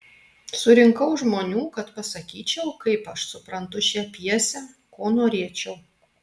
surinkau žmonių kad pasakyčiau kaip aš suprantu šią pjesę ko norėčiau